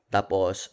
Tapos